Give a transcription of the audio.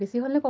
বেছি হ'ল নে